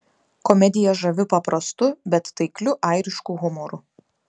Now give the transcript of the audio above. komedija žavi paprastu bet taikliu airišku humoru